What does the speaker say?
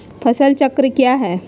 फसल चक्रण क्या है?